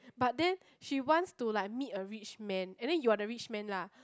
but then she wants to like meet a rich man and then you are the rich man lah